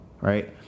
right